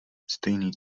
stejný